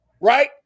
right